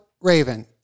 Raven